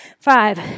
Five